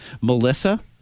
melissa